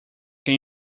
can